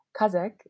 Kazakh